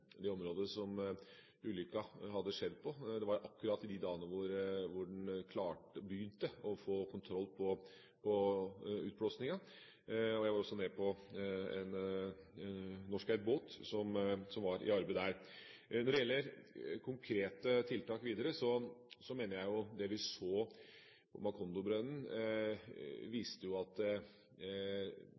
det området der ulykken hadde skjedd. Det var akkurat i de dagene da man begynte å få kontroll på utblåsningen. Jeg var også med på en norskeid båt som var i arbeid der. Når det gjelder konkrete tiltak videre, mener jeg at det vi så på Macondo-bredden, viste at